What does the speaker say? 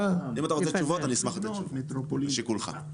לשיקולך.